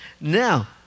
now